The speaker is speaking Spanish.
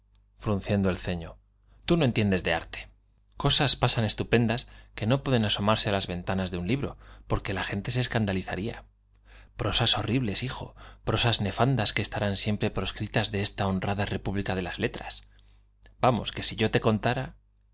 no tienen poesía fi'rlllzciendo el ceño tú no entiendes de arte cosas pasan estupendas que no pueden asomarse á las ventanas de un libro porque la gente se escandalizaría j prosas horribles hijo prosas nefandas que estarán siempre proscritas de esta honrada república de las letras vamos que si yo te contara